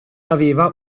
aveva